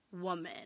woman